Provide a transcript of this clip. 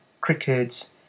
crickets